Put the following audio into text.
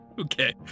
okay